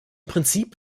prinzip